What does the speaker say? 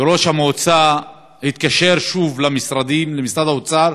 וראש המועצה התקשר שוב למשרד האוצר,